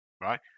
Right